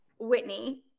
Whitney